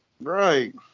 right